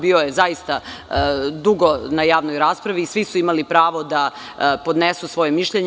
Bio je zaista dugo na javnoj raspravi i svi su imali pravo da podnesu svoje mišljenje.